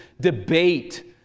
debate